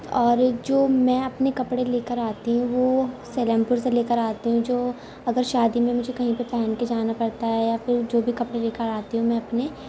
اور ایک جو میں اپنے کپڑے لے کر آتی ہوں وہ سیلم پور سے لے کر آتی ہوں جو اگر شادی میں مجھے کہیں پہ پہن کے جانا پڑتا ہے یا پھر جو بھی کپڑے لے کر آتی ہوں میں اپنے